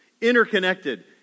interconnected